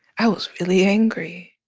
i was really angry.